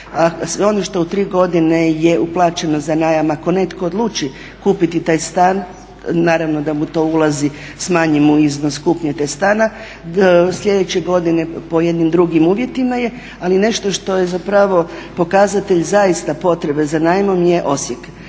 ono što je u tri godine uplaćeno za najam ako netko odluči kupiti taj stan naravno da mu to ulazi, smanji mu iznos kupnje tog stana. Sljedeće godine po jednim drugim uvjetima je, ali nešto što je zapravo pokazatelj zaista potrebe za najmom je Osijek.